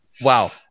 Wow